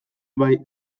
bai